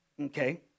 Okay